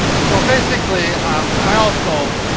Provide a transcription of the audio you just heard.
so basically um i also,